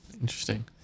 Interesting